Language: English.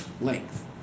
length